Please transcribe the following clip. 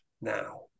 now